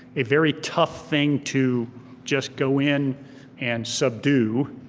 a very tough thing to just go in and subdue,